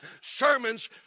sermons